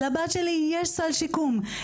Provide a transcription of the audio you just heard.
לבת שלי יש סל שיקום,